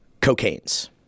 Cocaines